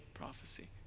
prophecy